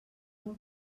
molt